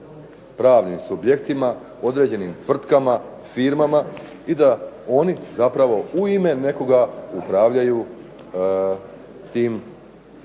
pravnim subjektima, određenim tvrtkama, firmama i da oni zapravo u ime nekoga upravljaju tim tvrtkama